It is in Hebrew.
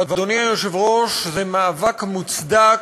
ואדוני היושב-ראש, זה מאבק מוצדק,